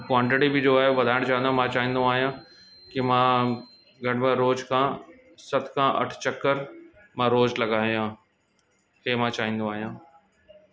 quantity बि जो आहे वधाइण चाहिंदो मां चाहिंदो आहियां की मां घट में घटि रोज खां सत खां अठ चकर मां रोज लगाया हे मां चाहिंदो आहियां